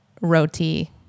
roti